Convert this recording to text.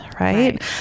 right